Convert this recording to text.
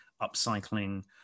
upcycling